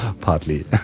Partly